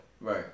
Right